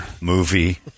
movie